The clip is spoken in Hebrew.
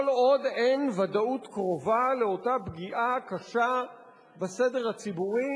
כל עוד אין ודאות קרובה לאותה פגיעה קשה בסדר הציבורי